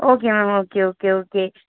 okay ma'am okay okay okay